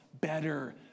better